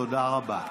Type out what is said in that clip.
תודה רבה.